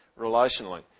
relationally